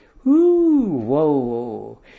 Whoa